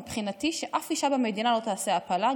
מבחינתי שאף אישה במדינה לא תעשה הפלה,